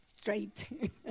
straight